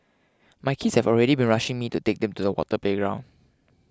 my kids have already been rushing me to take them to the water playground